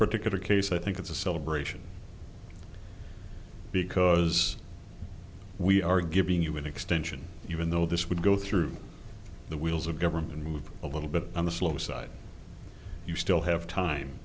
particular case i think it's a celebration because we are giving you an extension even though this would go through the wheels of government move a little bit on the slow side you still have time